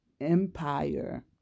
empire